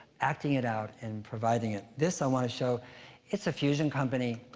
acting it out, and providing it. this i wanna show it's a fusion company.